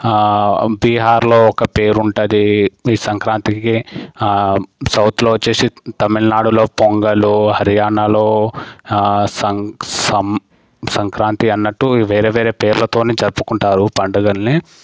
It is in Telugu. బీహార్లో ఒక పేరు ఉంటుంది ఈ సంక్రాంతికి సౌత్లో వచ్చేసి తమిళనాడులో పొంగల్ హర్యానాలో సంగ్ సం సంక్రాంతి అన్నట్టు వేరే వేరే పేర్లతోనే జరుపుకుంటారు పండగలని